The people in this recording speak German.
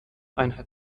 einheit